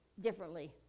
differently